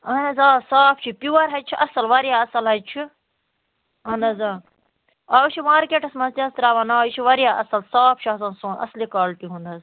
اہن حظ آ صاف چھِ پِور حظ چھِ اصٕل واریاہ حظ چھُ اہن حظ آ أسۍ چھِ مارکیٚٹس منٛز تہِ حظ تراونان یہِ چھُ واراہ اصٕل صاف چھُ آسان سون اَصلہِ کالٹی ہُنٛد حظ